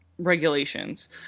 regulations